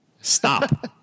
Stop